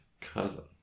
Cousin